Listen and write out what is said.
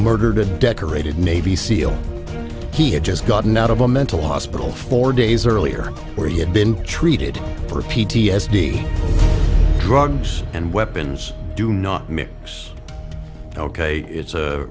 murdered a decorated navy seal he had just gotten out of a mental hospital four days earlier where he had been treated for p t s d drugs and weapons do not mix ok it's a